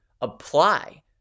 apply